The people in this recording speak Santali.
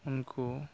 ᱩᱱᱠᱩ